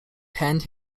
penned